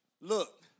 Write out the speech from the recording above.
Look